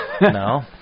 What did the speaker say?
No